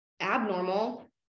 abnormal